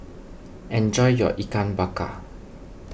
enjoy your Ikan Bakar